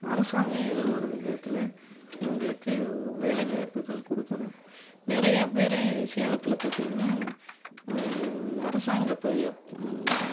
அரசாங்கம் எதோ ஒரு விதத்தில் இவங்களுக்கு வேலை வாய்ப்புகள் கொடுக்கணும் நிறையா பேர் சேலத்தில் பார்த்தீங்கனா அரசாங்க ப